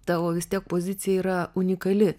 tavo vis tiek pozicija yra unikali